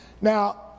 Now